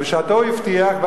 בשעתו הוא הבטיח,